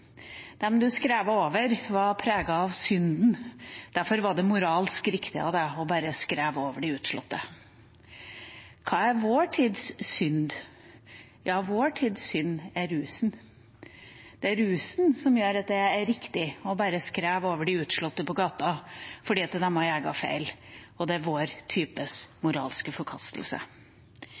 over, var preget av synden; derfor var det moralsk riktig å bare skreve over de utslåtte. Hva er vår tids synd? Vår tids synd er rusen. Det er rusen som gjør at det er riktig å bare skreve over de utslåtte på gata, fordi det er deres egen feil, og det er vår tids moralske forkastelse.